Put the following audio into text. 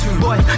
Boy